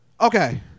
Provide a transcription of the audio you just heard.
Okay